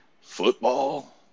Football